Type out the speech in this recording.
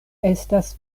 estas